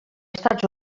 estats